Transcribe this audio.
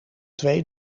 twee